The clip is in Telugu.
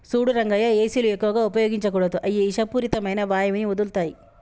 సూడు రంగయ్య ఏసీలు ఎక్కువగా ఉపయోగించకూడదు అయ్యి ఇషపూరితమైన వాయువుని వదులుతాయి